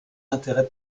intérêt